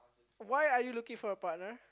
why are you looking for a partner